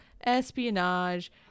Espionage